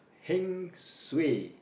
heng suay